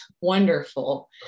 wonderful